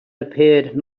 appeared